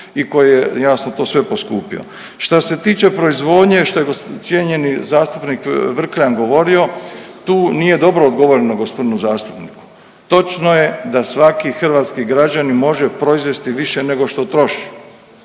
i koji je jasno to sve poskupio. Šta se tiče proizvodnje što je cijenjeni zastupnik Vrkljan govorio tu nije dobro odgovoreno gospodinu zastupniku. Točno je da svaki hrvatski građanin može proizvesti više nego što troši,